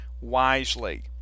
wisely